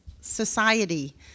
society